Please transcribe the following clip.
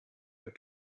her